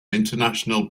international